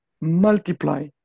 multiply